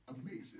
Amazing